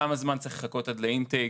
כמה זמן צריך לחכות עד לאינטייק,